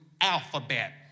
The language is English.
alphabet